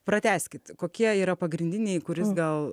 pratęskit kokie yra pagrindiniai kuris gal